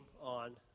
on